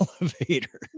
elevator